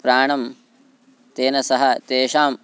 प्राणं तेन सह तेषाम्